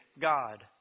God